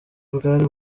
bwari